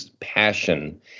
passion